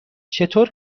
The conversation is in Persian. چطور